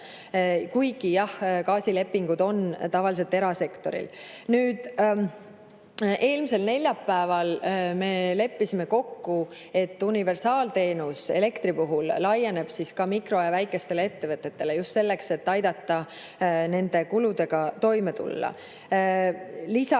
Kuigi jah, gaasilepingud on tavaliselt erasektoril. Eelmisel neljapäeval me leppisime kokku, et elektri universaalteenus laieneb ka mikro‑ ja väikestele ettevõtetele, just selleks, et aidata nende kuludega toime tulla.